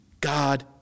God